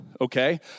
okay